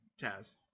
Taz